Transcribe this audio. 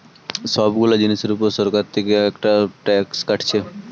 সব গুলা জিনিসের উপর সরকার থিকে এসব ট্যাক্স গুলা কাটছে